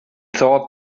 thought